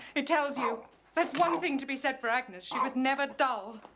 it tells you that's one thing to be said for agnes she was never dull.